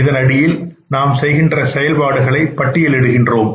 இதனடியில் நான் செய்கின்ற செயல்பாடுகளை பட்டியலிடுகிறோம்